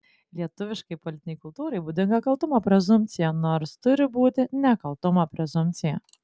lietuviškai politinei kultūrai būdinga kaltumo prezumpcija nors turi būti nekaltumo prezumpcija